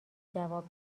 جواب